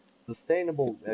sustainable